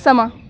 ਸਮਾਂ